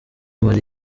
mali